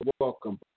welcome